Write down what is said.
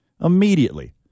Immediately